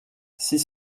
six